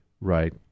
right